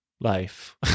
life